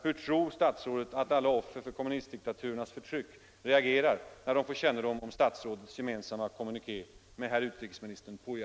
Hur tror statsrådet att alla offer för kommunistdiktaturernas förtryck reagerar när de får kännedom om statsrådets gemensamma kommuniké med herr utrikesministern Puja?